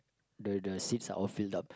the the seats are all filled up